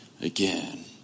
again